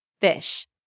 fish